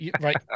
right